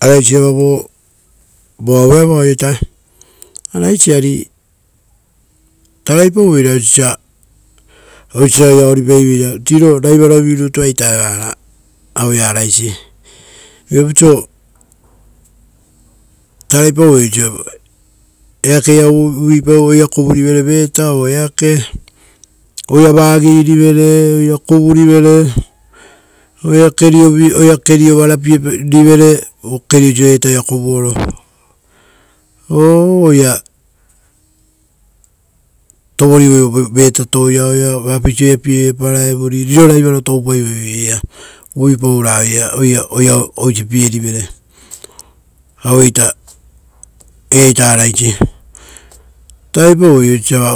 Araisi va vo, voauea vaoita, arais ari taraipaiveiraoisoita osa osa oira oripai-veira riro raivarovi rutuaita evara. Aueia arais viapau oiso tarapau oso eakeia uvuipau aira kuvurivere veta o eake, oira vagirivere oira kuvurivere oira keriorivere, oira keriovarapie rivere kerio isiroiaiota oira kuruoro. Oia, tovorivo vetatouia o oira paravuri riro raivoro toupa oiraia uvuipau ra oira, oira oisi pierivere, auete eiata araisi. Taraipau oisi osa